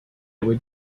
would